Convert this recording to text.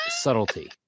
subtlety